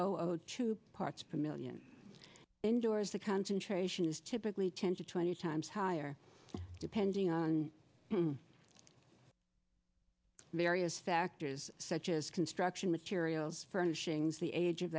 zero two parts per million indoors the concentration is typically ten to twenty times higher depending on various factors such as construction materials furnishings the age of